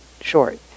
short